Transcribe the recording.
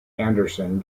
anderson